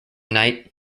night